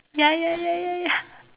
ya ya ya ya ya